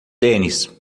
tênis